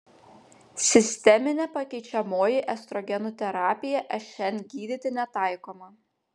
sisteminė pakeičiamoji estrogenų terapija šn gydyti netaikoma